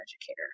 educator